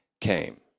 came